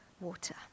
water